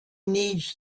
needs